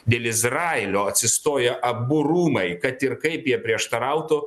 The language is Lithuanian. dėl izraelio atsistoja abu rūmai kad ir kaip jie prieštarautų